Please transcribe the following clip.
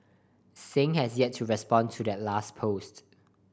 Singh has yet to respond to that last post